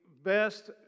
best